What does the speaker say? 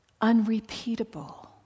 unrepeatable